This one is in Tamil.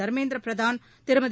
தர்மேந்திர பிரதான் திருமதி